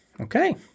okay